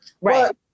Right